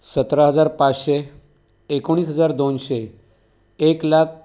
सतरा हजार पाचशे एकोणीस हजार दोनशे एक लाख